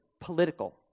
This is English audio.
political